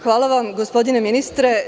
Hvala gospodine ministre.